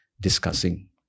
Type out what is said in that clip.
discussing